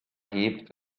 hebt